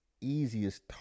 easiest